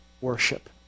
worship